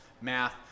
math